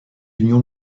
union